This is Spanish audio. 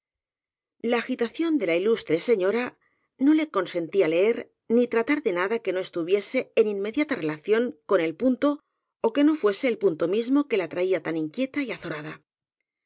la agitación de la ilustre señora no le consentía leer ni tratar de nada que no estuviese en inme diata relación con el punto ó que no fuese el pun to mismo que la traía tan inquieta y azorada